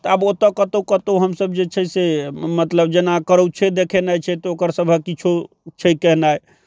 तऽ आब ओतय कतहु कतहु हमसभ जे छै से मतलब जेना करछुए देखेनाइ छै तऽ ओकरसभक किछो छै कयनाइ